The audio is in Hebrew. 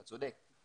אתה צודק,